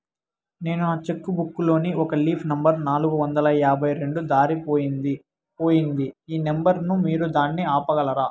నేను నా cheque book లోని ఒక లీఫ్ నెంబర్ నాలుగు వందల యాభై రెండు దారిపొయింది పోయింది ఈ నెంబర్ ను మీరు దాన్ని ఆపగలరా?